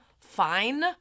fine